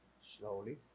slowly